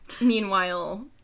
meanwhile